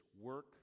work